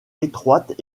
étroites